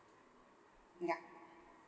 yeah